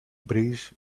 breeze